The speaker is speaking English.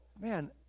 man